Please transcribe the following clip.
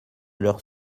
leurs